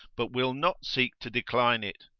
but will not seek to decline it,